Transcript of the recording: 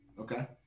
Okay